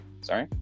Sorry